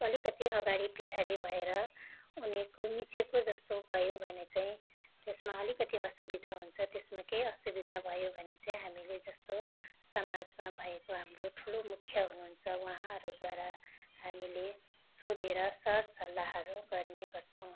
अलिकति अगाडि पछाडि भएर उनीको मिचेको जस्तो भयो भने चाहिँ त्यसमा अलिकति असुविधा हुन्छ त्यसमा केही असुविधा भयो भने चाहिँ हामीले जस्तो समाजमा भएको हाम्रो ठुलो मुख्य हुनुहुन्छ उहाँहरूद्वारा हामीले सोधेर सरसल्लाहहरू गर्ने गर्छौँ